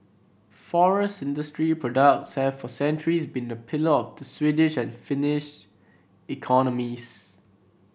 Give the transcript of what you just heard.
forest industry products have for centuries been a pillar of the Swedish and Finnish economies